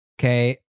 okay